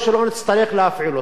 אבל החוק הזה קיים,